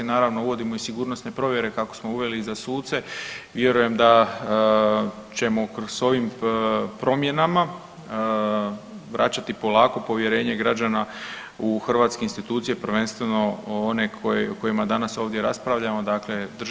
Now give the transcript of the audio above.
Naravno, uvodimo i sigurnosne provjere, kako smo uveli za suce, vjerujem da ćemo s ovim promjenama vraćati polako povjerenje građana u hrvatske institucije, prvenstveno one o kojima danas ovdje raspravljamo, dakle DORH i sudovima.